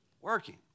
working